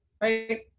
right